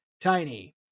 Tiny